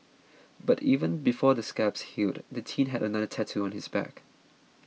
but even before the scabs healed the teen had another tattooed on his back